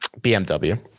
BMW